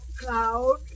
Cloud